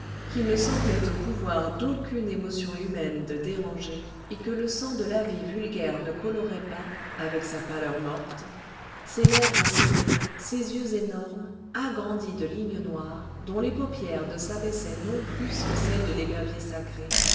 qu'il ne semblait au pouvoir d'aucune émotion humaine de déranger et que le sang de la vie vulgaire ne colorait pas avec sa pâleur morte ses lèvres scellées ses yeux énormes agrandis de lignes noires dont les paupières ne s'abaissaient non plus que celles de l'épervier sacré